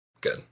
Good